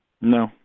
No